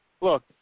look